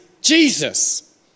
Jesus